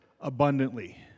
abundantly